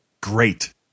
Great